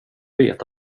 vet